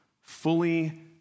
fully